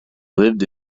lived